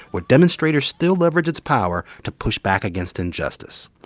where demonstrators still leverage its power to push back against injustice.